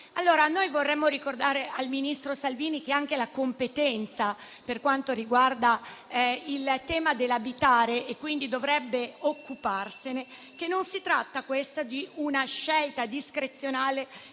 preoccupato. Vorremmo ricordare al ministro Salvini, che ha anche la competenza per quanto riguarda il tema dell'abitare e quindi dovrebbe occuparsene, che non si tratta di una scelta discrezionale